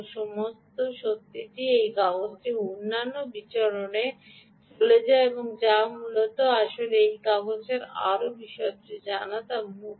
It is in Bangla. সুতরাং সত্যিই এই কাগজটি অন্যান্য বিবরণে চলে যায় যা মূলত আপনি এই কাগজের আরও বিশদটি জানেন যা